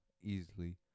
easily